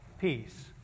peace